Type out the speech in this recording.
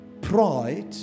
pride